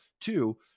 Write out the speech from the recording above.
Two